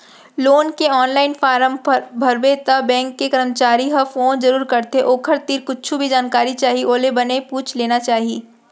loan के online form भरबे त बेंक के करमचारी ह फोन जरूर करथे ओखर तीर कुछु भी जानकारी चाही ओला बने पूछ लेना चाही